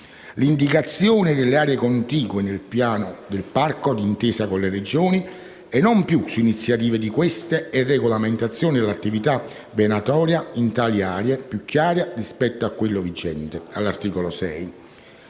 l'indicazione delle aree contigue nel piano del parco, d'intesa con le Regioni e non più su iniziativa di queste e una regolamentazione dell'attività venatoria in tali aree più chiara rispetto a quella vigente (articolo